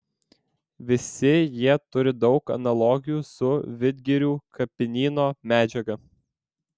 visi jie turi daug analogijų su vidgirių kapinyno medžiaga